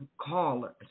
callers